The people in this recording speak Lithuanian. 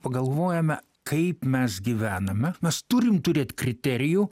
pagalvojome kaip mes gyvename mes turim turėt kriterijų